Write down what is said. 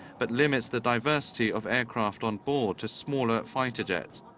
but limits the diversity of aircraft on board to smaller fighter jets.